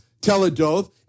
teledoth